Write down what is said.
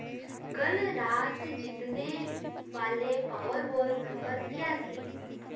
कल रात जीतने वाले पावरबाल नंबर क्या थे